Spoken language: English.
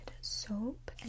soap